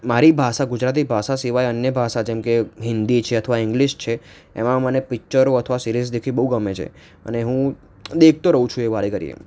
મારી ભાષા ગુજરાતી ભાષા સિવાય અન્ય ભાષા જેમકે હિન્દી છે અથવા ઇંગ્લિશ છે એમાં મને પિકચરો અથવા સીરિઝ દેખવી બહુ ગમે છે અને હું દેખતો રહું છું એ વારે ઘડીએ